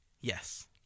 Yes